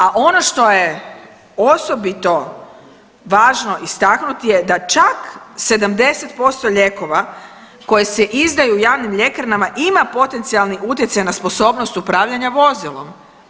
A ono što je osobito važno istaknuti je da čak 70% lijekova koji se izdaju u javnim ljekarnama ima potencijalni utjecaj na sposobnost upravljanja vozilom.